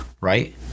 right